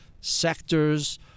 sectors